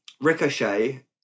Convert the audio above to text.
ricochet